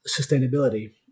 sustainability